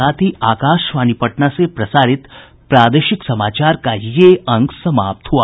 इसके साथ ही आकाशवाणी पटना से प्रसारित प्रादेशिक समाचार का ये अंक समाप्त हुआ